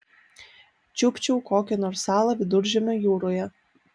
čiupčiau kokią nors salą viduržemio jūroje